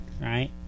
Right